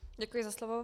Děkuji za slovo.